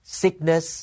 sickness